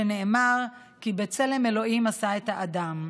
שנאמר 'כי בצלם ה' עשה את האדם'".